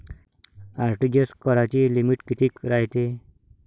RTGS कराची limit कितीक रायते?